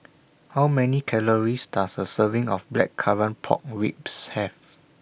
How Many Calories Does A Serving of Blackcurrant Pork Ribs Have